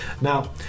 Now